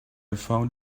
found